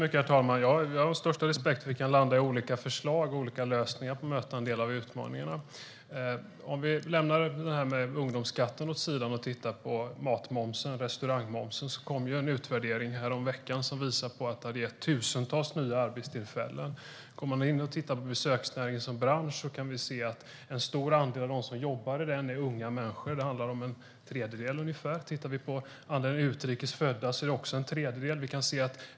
Herr talman! Jag har största respekt för att vi kan landa i olika förslag och olika lösningar för att möta en del av utmaningarna. Vi kan lägga det här med ungdomsskatten åt sidan och titta på restaurangmomsen i stället. Det kom en utvärdering häromveckan som visade att detta har gett tusentals nya arbetstillfällen. Tittar vi på besöksnäringen som bransch kan vi se att en stor andel som jobbar i den är unga människor. Det handlar om en tredjedel ungefär. Andelen utrikes födda är också en tredjedel.